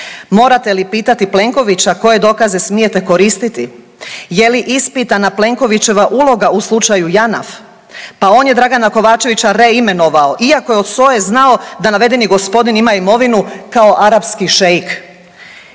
Morate li pitati Plenkovića koje dokaze smijete koristiti? Je li ispitana Plenkovićeva uloga u slučaju Janaf? Pa on je Dragana Kovačevića reimenovao iako je od SOA-e znao da navedeni gospodin ima imovinu kao arapski šeik.